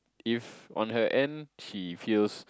if on her end she feels